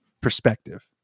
perspective